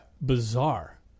bizarre